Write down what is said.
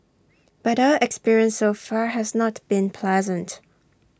but our experience so far has not been pleasant